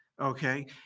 okay